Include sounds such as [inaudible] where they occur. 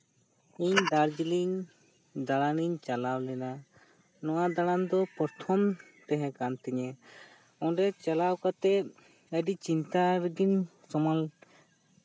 ᱤᱧ ᱫᱟᱨᱡᱤᱞᱤᱝ ᱫᱟᱬᱟᱱᱤᱧ ᱪᱟᱞᱟᱣ ᱞᱮᱱᱟ ᱱᱚᱣᱟ ᱫᱟᱬᱟᱱ ᱫᱚ ᱯᱨᱚᱛᱷᱚᱢ ᱛᱮᱦᱮᱸᱠᱟᱱ ᱛᱤᱧᱟᱹ ᱚᱸᱰᱮ ᱪᱟᱞᱟᱣ ᱠᱟᱛᱮ ᱟᱹᱰᱤ ᱪᱤᱱᱛᱟᱹ ᱨᱮᱜᱤᱧ [unintelligible]